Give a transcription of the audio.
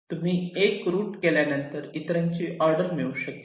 तुम्ही 1 रूट केल्यावर इतरांचे ऑर्डर मिळू शकेल